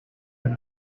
and